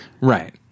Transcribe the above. Right